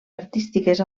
artístiques